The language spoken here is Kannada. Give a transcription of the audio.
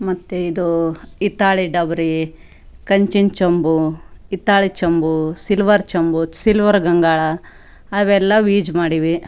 ಮತ್ತು ಇದು ಹಿತ್ತಾಳೆ ಡಬರಿ ಕಂಚಿನ ಚಂಬು ಹಿತ್ತಾಳೆ ಚಂಬು ಸಿಲ್ವರ್ ಚಂಬು ಸಿಲ್ವರ್ ಗಂಗಾಳ ಅವೆಲ್ಲಾ ವೀಜ್ ಮಾಡಿವಿ